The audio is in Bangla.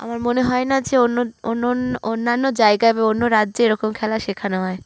আমার মনে হয় না যে অন্য অন্য অন্যান্য জায়গায় বা অন্য রাজ্যে এরকম খেলা শেখানো হয়